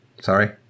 sorry